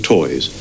Toys